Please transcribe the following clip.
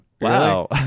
Wow